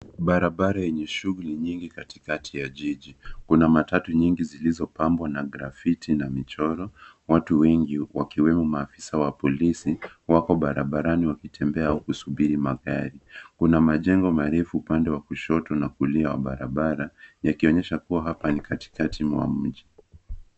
Barabara yenye shughuli nyingi katikati ya jiji, kuna matatu nyingi zilizopambwa na grafiti na michoro. Watu wengi wakiwemo maafisa wa polisi wako barabarani wakitembea au kusubiri magari. Kuna majengo marefu upande wa kushoto na kulia wa barabara yakionyesha kuwa hapa ni katikati mwa mji.